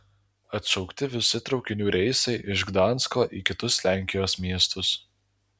atšaukti visi traukinių reisai iš gdansko į kitus lenkijos miestus